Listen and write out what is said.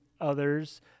others